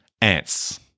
ants